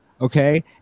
okay